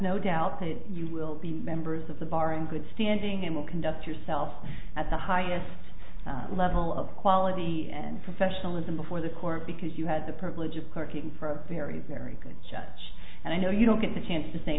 no doubt that you will be members of the bar in good standing and will conduct yourself at the highest level of quality and professionalism before the court because you had the privilege of clerking for very very good shots and i know you don't get the chance to say